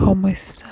সমস্যা